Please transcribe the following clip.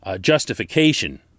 justification